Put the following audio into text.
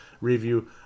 review